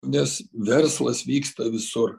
nes verslas vyksta visur